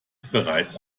bereits